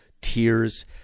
tears